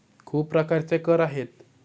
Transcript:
खूप प्रकारचे कर आहेत